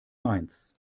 mainz